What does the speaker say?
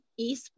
esports